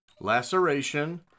laceration